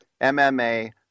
MMA